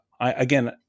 again